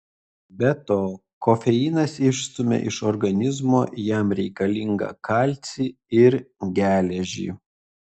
be to kofeinas išstumia iš organizmo jam reikalingą kalcį ir geležį